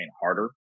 harder